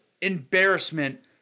embarrassment